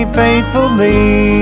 faithfully